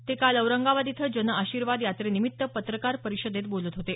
ते काल औरंगाबाद इथं जनआशीर्वाद यात्रेनिमित्त पत्रकार परिषदेत बोलत होते